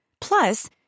Plus